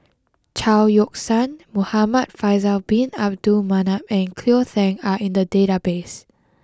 Chao Yoke San Muhamad Faisal Bin Abdul Manap and Cleo Thang are in the database